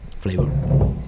flavor